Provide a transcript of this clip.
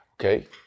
Okay